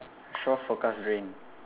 shore forecast rain